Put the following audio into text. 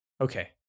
Okay